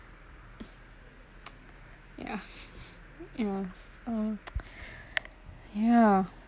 yeah ya mm ya